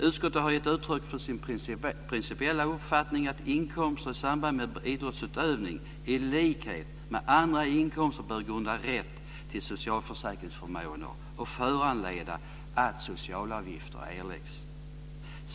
Utskottet gav uttryck för sin principiella uppfattning att inkomster i samband med idrottsutövning, i likhet med andra inkomster, bör ge rätt till socialförsäkringsförmåner och föranleda att socialavgifter erläggs.